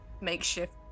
makeshift